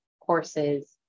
courses